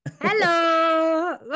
Hello